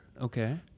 Okay